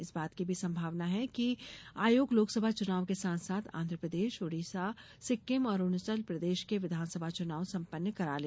इस बात की भी संभावना है कि आयोग लोकसभा चुनाव के साथ साथ आंध्र प्रदेश ओडिशा सिक्किम और अरुणाचल प्रदेश के विधानसभा चुनाव संपन्न करा ले